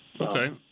Okay